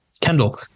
Kendall